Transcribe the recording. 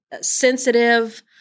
sensitive